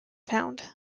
found